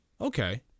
Okay